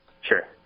Sure